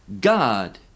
God